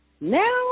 Now